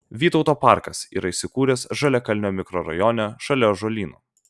vytauto parkas yra įsikūręs žaliakalnio mikrorajone šalia ąžuolyno